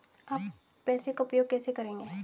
आप पैसे का उपयोग कैसे करेंगे?